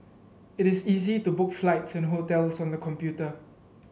it is easy to book flights and hotels on the computer